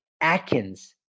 Atkins